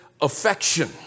affection